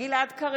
חבר הכנסת